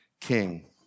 king